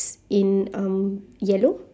in um yellow